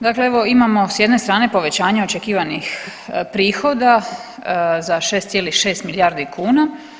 Dakle, evo imamo s jedne strane povećanje očekivanih prihoda za 6,6 milijardi kuna.